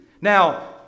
Now